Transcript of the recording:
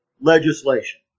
legislation